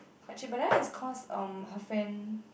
quite cheap but that one is cause um her friend